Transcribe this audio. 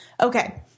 Okay